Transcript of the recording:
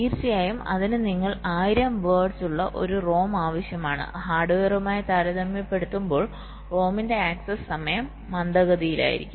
തീർച്ചയായും അതിന് നിങ്ങൾക്ക് 1000 വേർഡ്സ് ഉള്ള ഒരു റോം ആവശ്യമാണ് ഹാർഡ്വെയറുമായി താരതമ്യപ്പെടുത്തുമ്പോൾ റോമിന്റെ ആക്സസ് സമയം മന്ദഗതിയിലായിരിക്കും